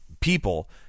people